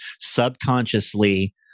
Subconsciously